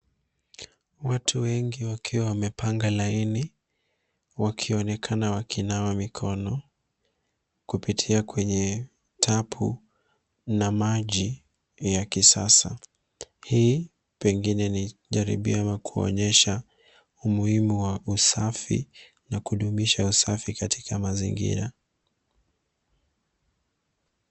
Watu wengi wakiwa wamepanga laini wakionekena waki nawa mikono kupitia kwenye tapu na maji ya kisasa. Hii pengine ni jaribio au pengine kuonyesha umuhimu wa usafi na kudu misha usafi katika mazingira.